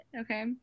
okay